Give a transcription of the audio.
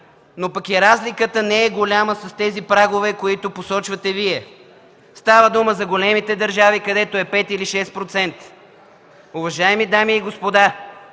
но пък и разликата не е голяма с тези прагове, които посочвате Вие. Става дума за големите държави, където процентът е 5 или 6. Уважаеми дами и господа,